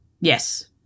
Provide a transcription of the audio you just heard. Yes